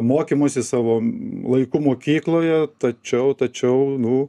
mokymusi savo laiku mokykloje tačiau tačiau nu